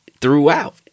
throughout